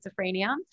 schizophrenia